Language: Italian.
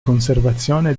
conservazione